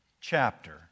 chapter